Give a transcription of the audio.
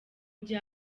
gihe